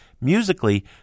Musically